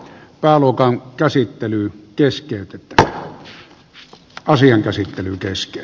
pääluokan ja asian käsittely kesti